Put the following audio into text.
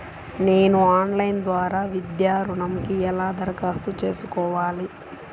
నేను ఆన్లైన్ ద్వారా విద్యా ఋణంకి ఎలా దరఖాస్తు చేసుకోవాలి?